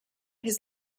his